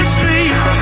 Street